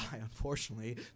unfortunately